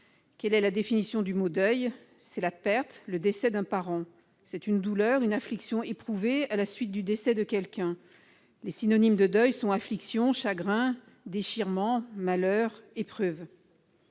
Quelle est la définition du mot « deuil »? C'est la perte, le décès d'un parent. C'est une douleur, une affliction éprouvée à la suite du décès de quelqu'un. Les synonymes de deuil sont affliction, chagrin, déchirement, malheur, épreuve